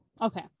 okay